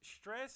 stress